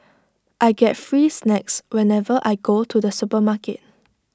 I get free snacks whenever I go to the supermarket